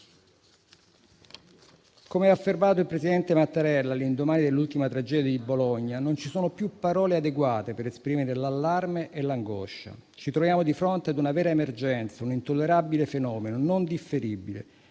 Come ha affermato il presidente Mattarella all'indomani dell'ultima tragedia di Bologna, non ci sono più parole adeguate per esprimere l'allarme e l'angoscia. Ci troviamo di fronte ad una vera emergenza, un intollerabile fenomeno non differibile,